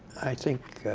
i think